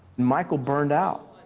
micheal burned out.